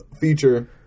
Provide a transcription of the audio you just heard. feature